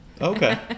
Okay